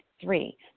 Three